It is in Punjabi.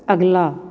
ਅਗਲਾ